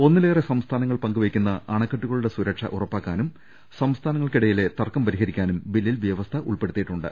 ഒന്നിലേറെ സംസ്ഥാനങ്ങൾ പങ്കുവെയ്ക്കുന്ന അണക്കെ ട്ടുകളുടെ സുരക്ഷ ഉറപ്പാക്കാനും സംസ്ഥാനങ്ങൾക്കിടയിലെ തർക്കം പരി ഹരിക്കാനും ബില്ലിൽ വൃവസ്ഥ ഉൾപ്പെടുത്തിയിട്ടുണ്ട്